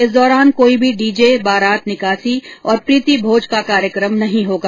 इसे दौरान कोई भी डीजे बारात निकासी और प्रतिभोज का कार्यक्रम नहीं होगा